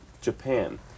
Japan